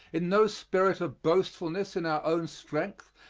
in no spirit of boastfulness in our own strength,